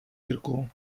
jirku